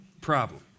problem